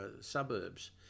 suburbs